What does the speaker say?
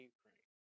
Ukraine